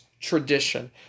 tradition